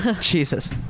Jesus